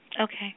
Okay